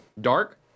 Dark